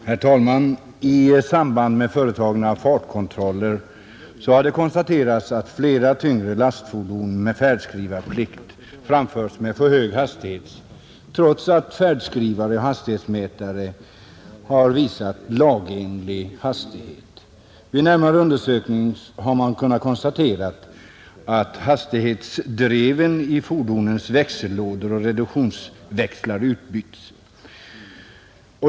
Herr talman! I samband med företagna fartkontoller har det konstaterats att flera tyngre lastfordon med färdskrivarplikt framförts med för hög hastighet trots att färdskrivare och hastighetsmätare visat lämplig hastighet. Vid närmare undersökning har man kunnat konstatera att hastighetsdreven i fordonens växellådor och reduktionsväxlar utbytts.